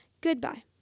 Goodbye